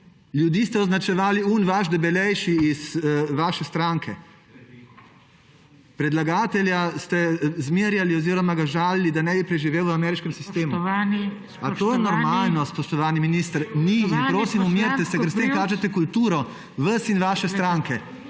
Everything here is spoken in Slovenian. Ljudi ste označevali: »Oni vaš, debelejši iz vaše stranke.« Predlagatelja ste zmerjali oziroma ga žalili, da ne bi preživel v ameriškem sistemu. Ali je to normalno, spoštovani minister? Ni! In prosim, umirite se, ker s tem kažete kulturo sebe in vaše stranke.